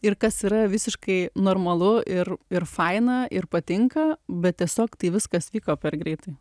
ir kas yra visiškai normalu ir ir faina ir patinka bet tiesiog tai viskas vyko per greitai